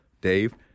Dave